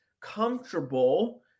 comfortable